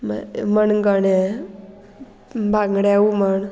मण मणगणें बांगड्या हुमण